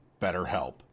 BetterHelp